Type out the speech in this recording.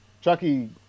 Chucky